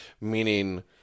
Meaning